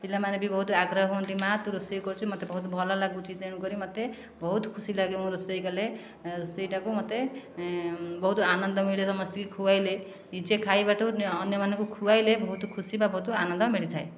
ପିଲାମାନେ ବି ବହୁତ ଆଗ୍ରହ ହୁଅନ୍ତି ମା' ତୁ ରୋଷେଇ କରୁଛୁ ମୋତେ ବହୁତ ଭଲ ଲାଗୁଛି ତେଣୁ କରି ମୋତେ ବହୁତ ଖୁସି ଲାଗେ ମୁଁ ରୋଷେଇ କଲେ ସେଇଟାକୁ ମୋତେ ବହୁତ ଆନନ୍ଦ ମିଳେ ସମସ୍ତଙ୍କୁ ଖୁଆଇଲେ ନିଜେ ଖାଇବାଠୁ ଅନ୍ୟମାନଙ୍କୁ ଖୁଆଇଲେ ବହୁତ ଖୁସି ବା ବହୁତ ଆନନ୍ଦ ମିଳିଥାଏ